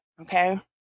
Okay